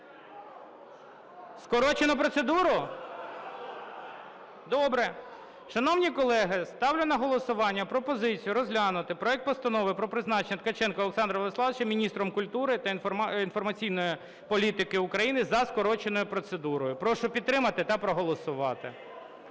Скорочену процедуру? (Шум у залі) Добре. Шановні колеги, ставлю на голосування пропозицію розглянути проект Постанови про призначення Ткаченка Олександра Владиславовича міністром культури та інформаційної політики України за скороченою процедурою. Прошу підтримати та проголосувати.